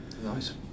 Nice